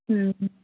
उम्